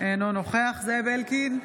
אינו נוכח זאב אלקין,